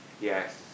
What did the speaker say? Yes